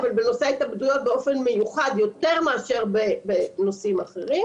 אבל בנושא ההתאבדויות באופן מיוחד יותר מאשר בנושאים אחרים,